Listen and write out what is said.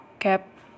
Cap